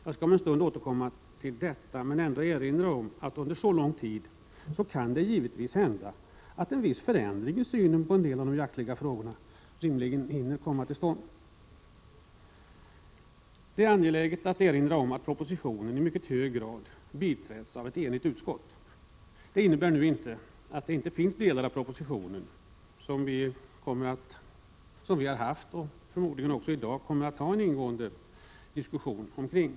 Jag skall om en stund återkomma till detta, men jag vill ändå erinra om att det under så lång tid givetvis har kunnat ske en viss förändring av synen på en del av de jaktliga frågorna. Det är angeläget att erinra om att propositionen i mycket hög grad biträds av ett enigt utskott. Det innebär nu inte att det inte finns delar av propositionen som vi har fört och förmodligen också i dag kommer att föra en ingående diskussion kring.